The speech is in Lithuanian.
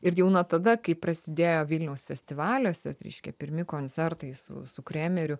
ir jau nuo tada kai prasidėjo vilniaus festivaliuose tai reiškia pirmi koncertai su kremeriu